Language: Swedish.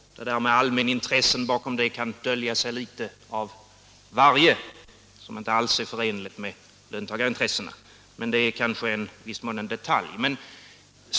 Bakom det där med allmänintressen kan dölja sig litet av varje som inte alls är förenligt med löntagarintressena. Men det är kanske i viss mån en detalj.